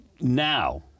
now